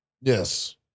Yes